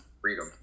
Freedom